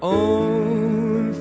own